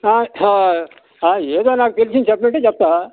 ఏదో నాకు తెలిసింది సబ్జెక్టు చెప్పాను